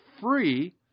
free